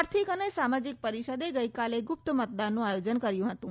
આર્થિક અને સામાજિક પરિષદે ગઇકાલે ગુપ્ત મતદાનનું આયોજન કર્યું હતું